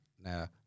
Now